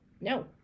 no